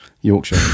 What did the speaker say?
Yorkshire